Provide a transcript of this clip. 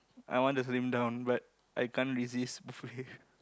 I want to slim down but I can't resist buffet